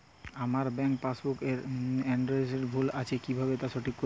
আমার bank passbook এর এড্রেসটি ভুল আছে কিভাবে তা ঠিক করবো?